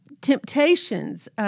temptations